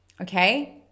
okay